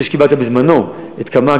זה שקיבלתם בזמנו את קמ"ג,